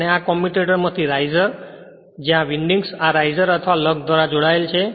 અને આ આ કોમ્યુટેટર માંથી રાઇઝર છે જ્યાં વિન્ડિંગ્સ આ રાઇઝર અથવા લગ દ્વારા જોડાયેલા છે